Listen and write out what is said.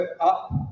up